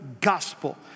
gospel